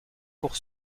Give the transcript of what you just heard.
pour